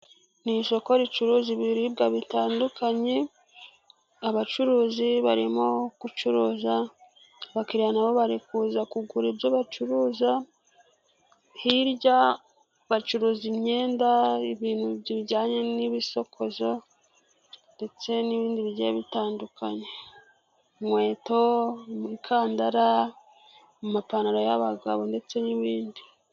N' isoko ricuruza ibiribwa bitandukanye, abacuruzi barimo gucuruza, abakiriya nabo bari kuza kugura ibyo bacuruza, hirya bacuruza imyenda ibintu bijyanye n'ibisokozo ndetse, n'ibindi bigiye bitandukanye inkweto, imukandara mu mapantaro y'abagabo ndetse n'ibindi.